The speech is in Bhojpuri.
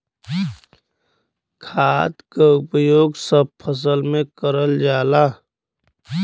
खाद क उपयोग सब फसल में करल जाला